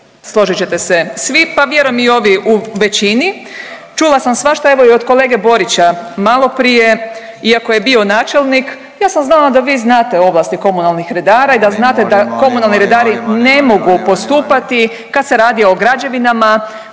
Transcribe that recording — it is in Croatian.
složit ćete se svi, pa vjerujem i ovi u većini, čula sam svašta evo i od kolege Borića maloprije iako je bio načelnik ja sam znala da vi znate ovlasti komunalnih redara i da znate da komunalni redari ne mogu postupati kad se radi o građevinama